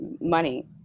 money